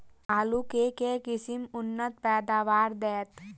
आलु केँ के किसिम उन्नत पैदावार देत?